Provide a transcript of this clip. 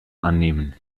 annehmen